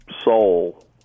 soul